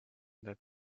that